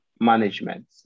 management